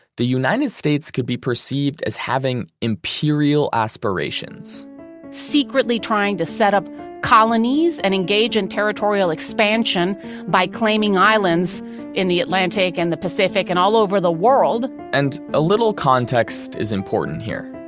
the united states could be perceived as having imperial aspirations secretly trying to set up colonies and engage in territorial expansion by claiming islands in the atlantic and the pacific and all over the world and a little context is important here.